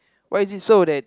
why is it so that